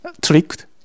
tricked